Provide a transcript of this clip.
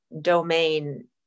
domain